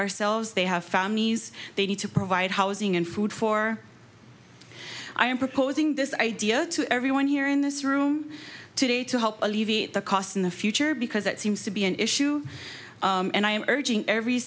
ourselves they have families they need to provide housing and food for i am proposing this idea to everyone here in this room today to help alleviate the cost in the future because it seems to be an issue and i am urging every